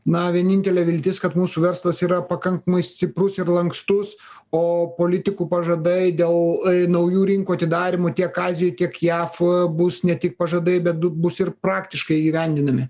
na vienintelė viltis kad mūsų verslas yra pakankamai stiprus ir lankstus o politikų pažadai dėl naujų rinkų atidarymo tiek azijoj tiek jav bus ne tik pažadai bet bus ir praktiškai įgyvendinami